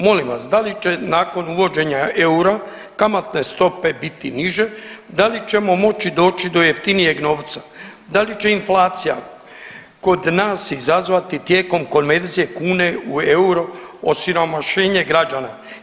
Molim vas da li će nakon uvođenja eura kamatne stope biti niže, da li ćemo moći doći do jeftinijeg novca, da li će inflacija kod nas izazvati tijekom konverzije kune u euro osiromašenje građana?